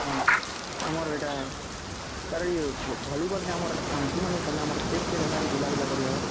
ହଁ ଆମର ଏଇଟା ସାର୍ ଇଏ ଭଲିବଲ୍ ଆମର ଅନ୍ତିମ